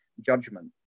judgment